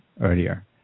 earlier